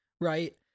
right